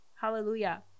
hallelujah